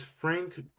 Frank